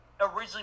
originally